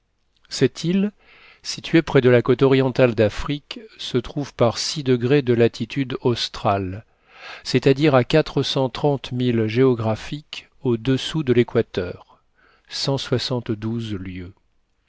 cette île située près de la côte orientale d'afrique se trouve par de latitude australe cest à dire à quatre cent trente milles géographiques au-dessous de l'équateur